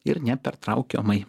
ir nepertraukiamai